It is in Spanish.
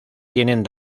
tienen